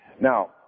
Now